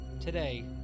today